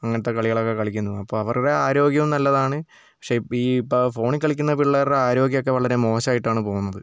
അങ്ങനത്തെ കളികളൊക്കെ കളിക്കുന്നത് അപ്പോൾ അവരുടെ ആരോഗ്യവും നല്ലതാണ് പക്ഷേ ഈ ഇപ്പോൾ ഫോണിൽ കളിക്കുന്ന പിള്ളേരുടെ ആരോഗ്യമൊക്കെ വളരെ മോശമായിട്ടാണ് പോകുന്നത്